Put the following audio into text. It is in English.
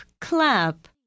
clap